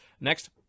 Next